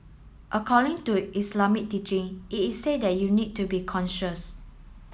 according to Islamic teaching it is said that you need to be conscious